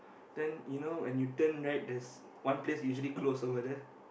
then you know when you turn right there's one place usually closed over there